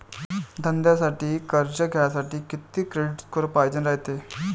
धंद्यासाठी कर्ज घ्यासाठी कितीक क्रेडिट स्कोर पायजेन रायते?